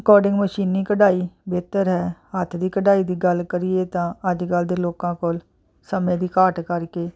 according ਮਸ਼ੀਨੀ ਕਢਾਈ ਬਿਹਤਰ ਹੈ ਹੱਥ ਦੀ ਕਢਾਈ ਦੀ ਗੱਲ ਕਰੀਏ ਤਾਂ ਅੱਜ ਕੱਲ੍ਹ ਦੇ ਲੋਕਾਂ ਕੋਲ ਸਮੇਂ ਦੀ ਘਾਟ ਕਰਕੇ